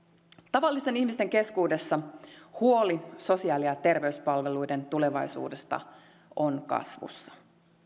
tavallisten ihmisten keskuudessa huoli sosiaali ja terveyspalveluiden tulevaisuudesta on kasvussa